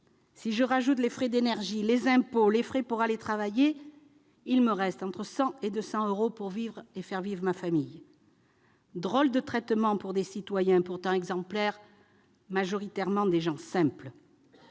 Si je rajoute les frais d'énergie, les impôts, les frais pour aller travailler, il me reste entre 100 et 200 euros pour vivre et faire vivre ma famille. [...]« Drôle de traitement pour des citoyens pourtant exemplaires, majoritairement des gens simples.